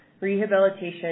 Rehabilitation